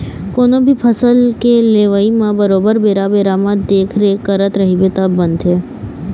कोनो भी फसल के लेवई म बरोबर बेरा बेरा म देखरेख करत रहिबे तब बनथे